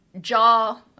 jaw